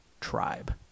tribe